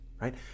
right